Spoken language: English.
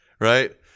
Right